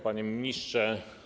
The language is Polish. Panie Ministrze!